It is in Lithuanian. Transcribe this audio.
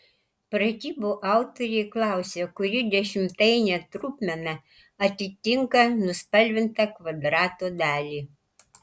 pratybų autoriai klausia kuri dešimtainė trupmena atitinka nuspalvintą kvadrato dalį